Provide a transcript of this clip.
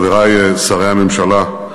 חברי שרי הממשלה,